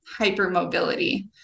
hypermobility